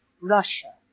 Russia